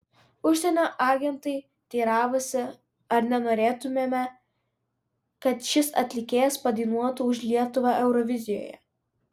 užsienio agentai teiravosi ar nenorėtumėme kad šis atlikėjas padainuotų už lietuvą eurovizijoje